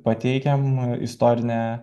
pateikiam istorinę